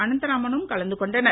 அனந்தராமனும் கலந்து கொண்டனர்